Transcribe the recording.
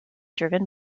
driven